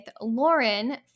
Lauren